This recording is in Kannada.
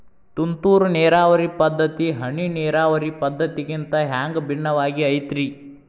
ತುಂತುರು ನೇರಾವರಿ ಪದ್ಧತಿ, ಹನಿ ನೇರಾವರಿ ಪದ್ಧತಿಗಿಂತ ಹ್ಯಾಂಗ ಭಿನ್ನವಾಗಿ ಐತ್ರಿ?